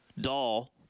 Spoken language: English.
doll